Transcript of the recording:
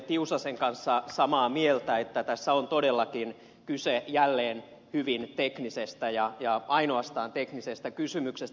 tiusasen kanssa samaa mieltä että tässä on todellakin kyse jälleen hyvin teknisestä ja ainoastaan teknisestä kysymyksestä